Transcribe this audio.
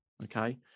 Okay